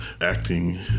acting